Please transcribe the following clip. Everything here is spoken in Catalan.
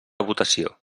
votació